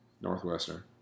Northwestern